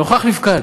נוכח-נפקד.